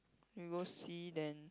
you go see then